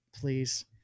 please